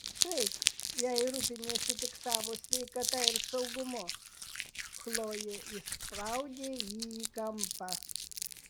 taip jei rūpiniesi tik savo sveikata ir saugumu chlojė įspraudė jį į kampą